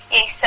Yes